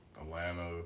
Atlanta